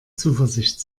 zuversicht